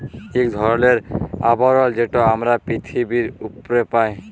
ইক ধরলের আবরল যেট আমরা পিথিবীর উপ্রে পাই